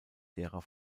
derer